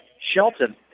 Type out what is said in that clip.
Shelton